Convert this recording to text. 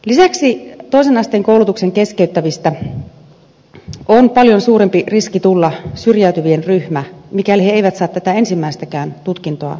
lisäksi toisen asteen koulutuksen keskeyttävistä on paljon suurempi riski tulla syrjäytyvien ryhmä mikäli he eivät saa tätä ensimmäistäkään tutkintoa suoritettua